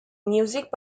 music